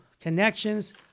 connections